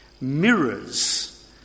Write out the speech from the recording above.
mirrors